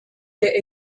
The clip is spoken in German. der